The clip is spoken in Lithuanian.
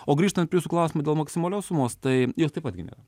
o grįžtant prie jūsų klausimo dėl maksimalios sumos tai jos taip pat gi nėra